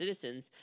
citizens